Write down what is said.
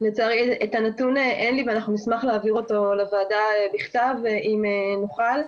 לצערי את הנתון אין לי ואנחנו נשמח להעביר אותו לוועדה בכתב אם נוכל,